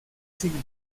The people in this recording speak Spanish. siglo